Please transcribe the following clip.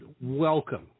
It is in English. welcome